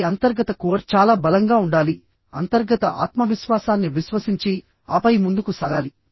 వారి అంతర్గత కోర్ చాలా బలంగా ఉండాలి అంతర్గత ఆత్మవిశ్వాసాన్ని విశ్వసించి ఆపై ముందుకు సాగాలి